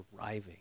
arriving